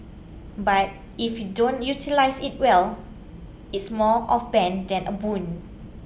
but if you don't utilise it well it's more of bane than a boon